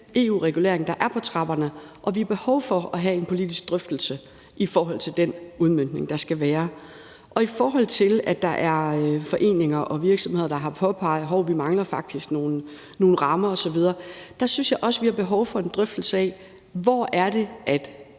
EU-regulering, der er på trapperne, og vi har behov for at have en politisk drøftelse i forbindelse med den udmøntning, der skal være. Og i forhold til at der er foreninger og virksomheder, der har påpeget, at de faktisk mangler nogle rammer osv., synes jeg også vi har behov for en drøftelse af, hvor det er, vi